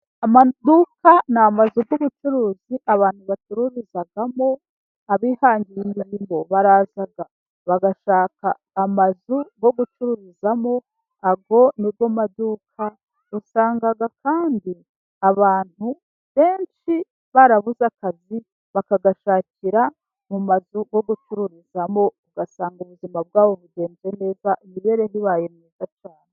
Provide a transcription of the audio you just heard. Amaduka n'amazu y'ubucuruzi abantu bacururururizamo. Abihangira imirimo baraza bagashaka amazu yo gucururizamo, nibwo maduka wasanga kandi abantu benshi barabuze akazi bakagashakira mu mazu nko gucururizamo. Ugasanga ubuzima bwabo bugenze neza imibereho ibaye myiza cyane.